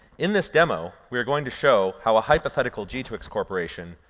in this demo, we are going to show how a hypothetical g-twix corporation